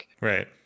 Right